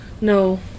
No